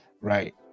right